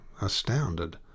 Astounded